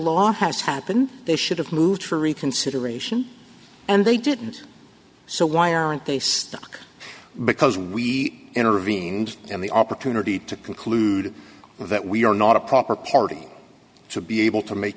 law has happened they should have moved for reconsideration and they didn't so why aren't they stuck because we intervened and the opportunity to conclude that we are not a proper party to be able to make